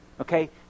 Okay